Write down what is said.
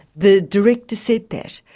the director said that.